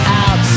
out